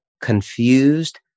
confused